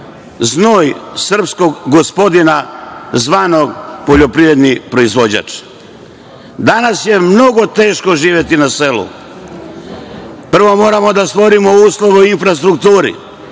znoj srpskog gospodina zvanog poljoprivredni proizvođač. Danas je mnogo teško živeti na selu. Prvo, moramo da stvorimo uslove u infrastrukturi.